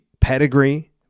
pedigree